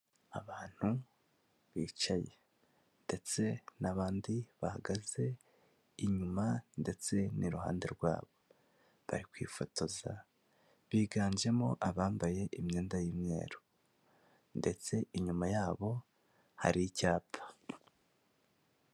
Abantu bicaye ndetse n'abandi bahagaze, inyuma ndetse n'iruhande rwabo. Bari kwifotoza biganjemo abambaye imyenda y'umweru ndetse inyuma yabo hari icyapa.